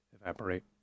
evaporate